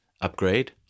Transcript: upgrade